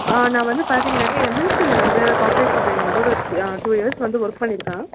ஆ நான் வந்து பார்த்தீங்கனாக்கா எம்என்சியில் வந்து கார்ப்பரேட் கம்பெனியில் வந்து ஒரு டூ டூ இயர்ஸ் வந்து ஒர்க் பண்ணியிருக்கேன்